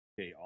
Okay